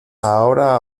ahora